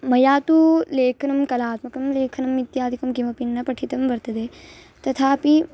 मया तु लेखनं कलात्मकं लेखनम् इत्यादिकं किमपि न पठितं वर्तते तथापि